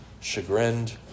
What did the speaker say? chagrined